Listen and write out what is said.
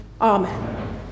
Amen